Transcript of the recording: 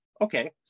okay